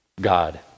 God